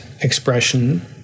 expression